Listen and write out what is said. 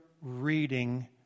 reading